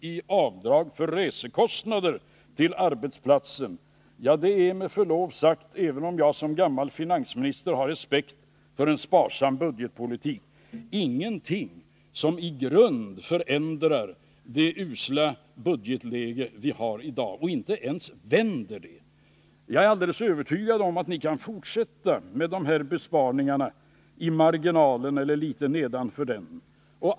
i avdrag för resekostnader till arbetsplatsen, det är med förlov sagt — även om jag som gammal finansminister har respekt för en sparsam budgetpolitik — ingenting som i grunden förändrar det usla budgetläge vi har i dag, eller ens vänder utvecklingen. Jag är alldeles övertygad om att ni kan fortsätta med dessa besparingar i marginalen eller litet nedanför den.